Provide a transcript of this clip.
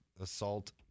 assault